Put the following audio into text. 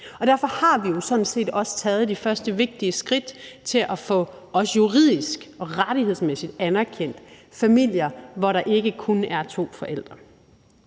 Derfor har vi jo sådan set også taget de første vigtige skridt til at få juridisk og rettighedsmæssigt anerkendt familier, hvor der ikke kun er to forældre.